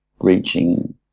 reaching